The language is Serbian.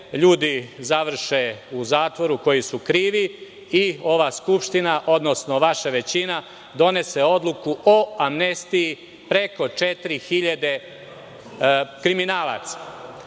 ljudi završe u zatvoru, koji su krivi, i ova Skupština odnosno vaša većina donese odluku o amnestiji preko 4.000 kriminalaca. Druga